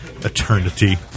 eternity